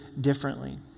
differently